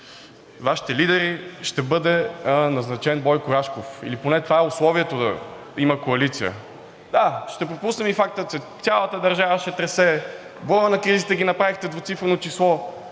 Вашите лидери, ще бъде назначен Бойко Рашков, или поне това е условието да има коалиция. Да, ще пропуснем и факта, че цялата държава се тресе, броя на кризите ги направихте двуцифрено число,